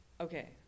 Okay